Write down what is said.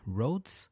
roads